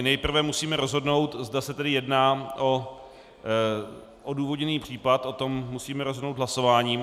Nejprve tedy musíme rozhodnout, zda se jedná o odůvodněný případ, o tom musíme rozhodnout hlasováním.